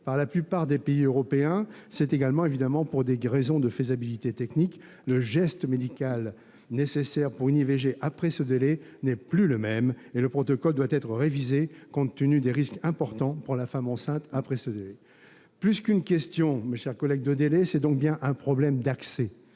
par la plupart des pays européens, c'est également, évidemment, pour des raisons de faisabilité technique. Le geste médical nécessaire pour une IVG après ce délai n'est plus le même et le protocole doit être révisé compte tenu des risques importants pour la femme enceinte après ce délai. Plus qu'une question de délai, c'est donc bien un problème d'accès